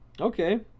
Okay